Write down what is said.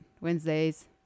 Wednesdays